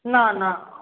না না